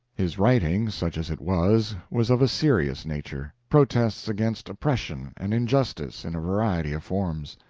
his writing, such as it was, was of a serious nature, protests against oppression and injustice in a variety of forms.